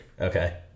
Okay